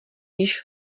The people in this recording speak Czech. již